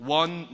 one